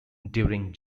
during